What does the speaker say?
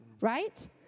right